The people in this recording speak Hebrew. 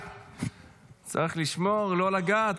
צריך לשמור לא לגעת,